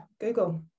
Google